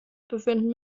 befinden